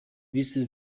bise